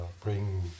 bring